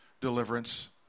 deliverance